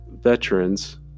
veterans